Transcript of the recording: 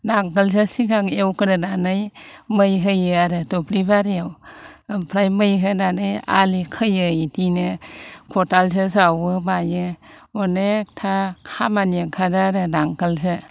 नांगोलजो सिगां एवग्रोनानै मै होयो आरो दुब्लि बारियाव ओमफ्राय मै होनानै आलि खोयो बिदिनो खदालजो जावो मायो अनेकथा खामानि ओंखारो आरो नांगोलजों